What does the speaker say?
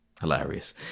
hilarious